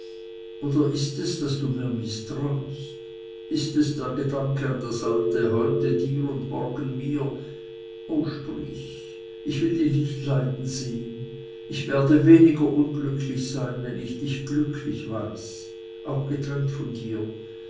oder ist es daß du mir mißtraust ist es der gedanke an das alte heute dir und morgen mir o sprich ich will dich nicht leiden sehen ich werde weniger unglücklich sein wenn ich dich glücklich weiß auch getrennt von dir